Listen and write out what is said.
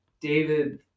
David